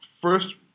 first